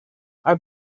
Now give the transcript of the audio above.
are